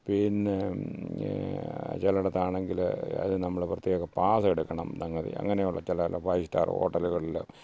പിന്നെ ചിലയിടത്ത് ആണെങ്കൽ അതിന് നമ്മൾ പ്രത്യേക പാസ് എടുക്കണം സംഗതി അങ്ങനെയുള്ള ചില ചില ഫൈവ് സ്റ്റാർ ഹോട്ടലുകളിൽ